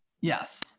Yes